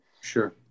Sure